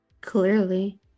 Clearly